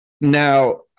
Now